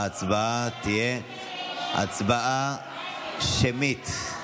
ההצבעה תהיה הצבעה שמית.